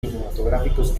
cinematográficos